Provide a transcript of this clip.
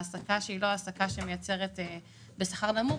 העסקה בשכר נמוך,